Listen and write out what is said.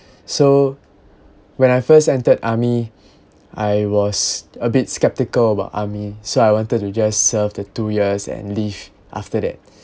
so when I first entered army I was a bit skeptical about army so I wanted to just serve the two years and leave after that